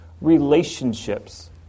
relationships